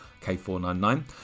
K499